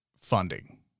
funding